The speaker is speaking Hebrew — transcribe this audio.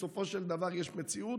בסופו של דבר יש מציאות,